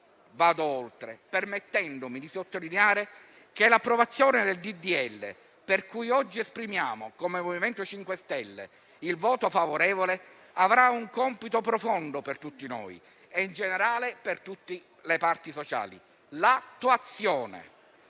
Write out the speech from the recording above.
vado oltre, però, permettendomi di sottolineare che l'approvazione del disegno di legge, per cui oggi esprimiamo, come MoVimento 5 stelle, il voto favorevole, avrà un compito profondo per tutti noi e in generale per tutti le parti sociali. L'attuazione.